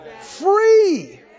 free